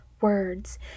words